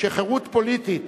שחירות פוליטית